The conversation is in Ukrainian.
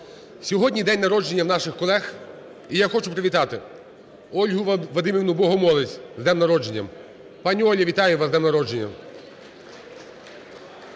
Сьогодні день народження наших колеги. І я хочу привітати Ольгу Вадимівну Богомолець з днем народження. Пані Оля, вітаю вас з днем народження!